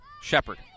Shepard